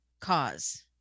cause